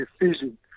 decision